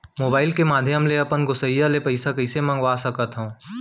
Mobile के माधयम ले अपन गोसैय्या ले पइसा कइसे मंगा सकथव?